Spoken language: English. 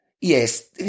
Yes